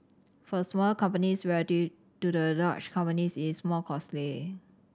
for smaller companies relative to the large companies it's more costly